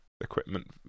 equipment